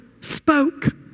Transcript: spoke